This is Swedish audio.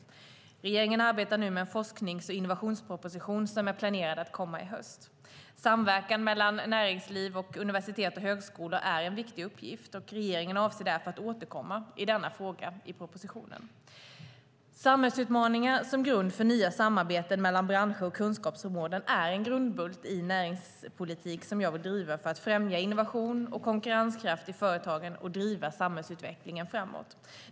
Regeringen arbetar nu med en forsknings och innovationsproposition som är planerad att komma i höst. Samverkan mellan näringslivet och universitet och högskolor är en viktig uppgift. Regeringen avser därför att återkomma i denna fråga i propositionen. Samhällsutmaningar som grund för nya samarbeten mellan branscher och kunskapsområden är en grundbult i den näringspolitik jag vill driva för att främja innovation och konkurrenskraft i företagen och driva samhällsutvecklingen framåt.